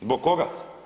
Zbog koga?